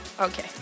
Okay